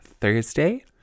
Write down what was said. Thursday